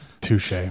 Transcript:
Touche